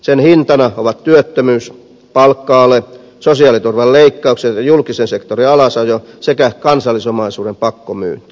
sen hintana ovat työttömyys palkka ale sosiaaliturvan leikkaukset ja julkisen sektorin alasajo sekä kansallisomaisuuden pakkomyynti